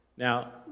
Now